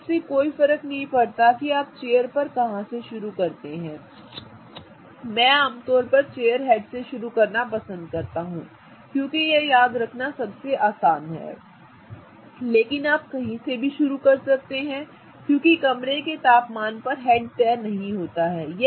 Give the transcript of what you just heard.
अब इससे कोई फर्क नहीं पड़ता है कि आप चेयर पर कहा से शुरू करते हैं मैं आमतौर पर चेयर हेड से शुरू करना पसंद करता हूं क्योंकि यह याद रखना सबसे आसान है लेकिन आप कहीं से भी शुरू कर सकते हैं क्योंकि कमरे के तापमान पर हेड तय नहीं होता है